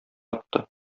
ятты